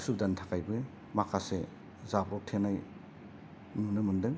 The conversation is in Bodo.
असुबिदानि थाखायबो माखासे जाब्र'ब थेनाय नुनो मोनदों